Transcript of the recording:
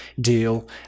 deal